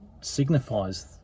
signifies